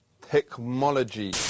Technology